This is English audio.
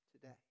today